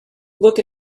look